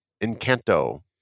Encanto